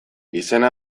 izena